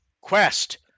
quest